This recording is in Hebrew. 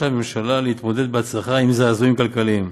הממשלה להתמודד בהצלחה עם זעזועים כלכליים.